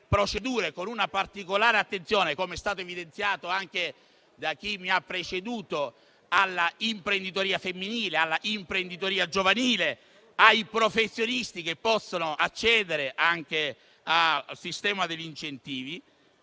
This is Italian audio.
con una particolare attenzione - come è stato evidenziato anche da chi mi ha preceduto - all'imprenditoria femminile, alla imprenditoria giovanile, ai professionisti che possono accedere anche al sistema degli incentivi